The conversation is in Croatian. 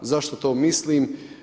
Zašto to mislim?